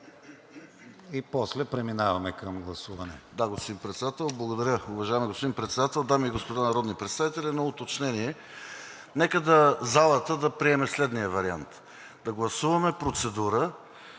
И после преминаваме към гласуване.